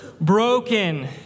broken